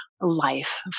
life